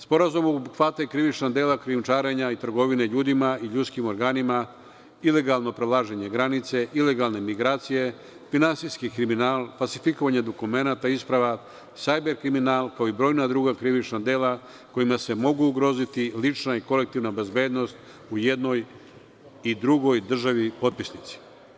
Sporazum obuhvata i krivična dela krijumčarenja i trgovine ljudima i ljudskim organima, ilegalno prelaženje granice, ilegalne migracije, finansijski kriminal, falsifikovanje dokumenata, isprava, sajber kriminal kao i brojna druga krivična dela kojima se mogu ugroziti lična i kolektivna bezbednost u jednoj i drugoj državi potpisnici.